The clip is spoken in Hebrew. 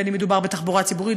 בין שמדובר בתחבורה הציבורית,